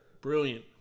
brilliant